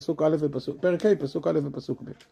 פסוק א' ופסוק ב', ברכה, פסוק א' ופסוק ב'.